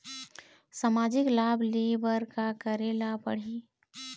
सामाजिक लाभ ले बर का करे ला पड़ही?